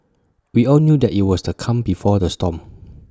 we all knew that IT was the calm before the storm